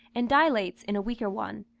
and dilates in a weaker one,